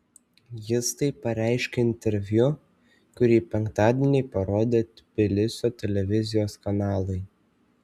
jis tai pareiškė interviu kurį penktadienį parodė tbilisio televizijos kanalai